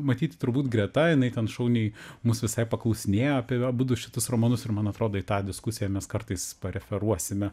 matyti turbūt greta jinai ten šauniai mus visai paklausinėjo apie abudu šitus romanus ir man atrodo į tą diskusiją mes kartais referuosime